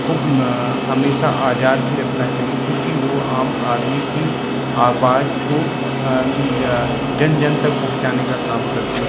को हमेशा आज़ाद ही रखना चाहिए क्योंकि वो आम आदमी की आवाज़ को जन जन तक पहुंचाने का काम करते हैं